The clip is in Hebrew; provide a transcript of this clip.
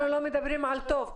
אנחנו לא מדברים על טוב.